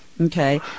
Okay